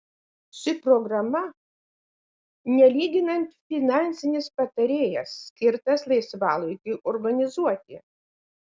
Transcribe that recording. ši programa nelyginant finansinis patarėjas skirtas laisvalaikiui organizuoti